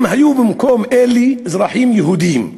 אם היו במקום אלה אזרחים יהודים,